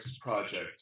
project